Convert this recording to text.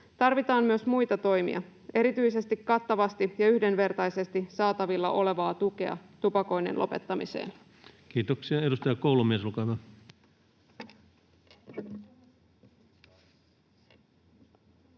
Tarvitaan myös muita toimia, erityisesti kattavasti ja yhdenvertaisesti saatavilla olevaa tukea tupakoinnin lopettamiseen. [Speech 144] Speaker: